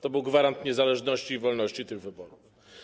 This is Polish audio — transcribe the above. To był gwarant niezależności i wolności tych wyborów.